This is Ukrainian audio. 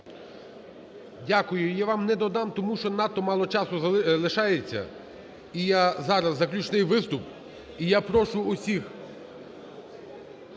Дякую. Я вам не додам, тому що надто мало часу лишається. І я, зараз заключний виступ, і я прошу усіх.